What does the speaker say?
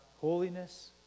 holiness